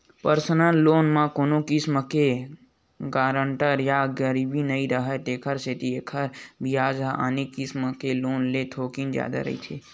personal loan म कोनो किसम के गारंटर या गिरवी नइ राखय तेखर सेती एखर बियाज ह आने किसम के लोन ले थोकिन जादा रहिथे